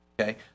Okay